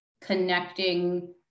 connecting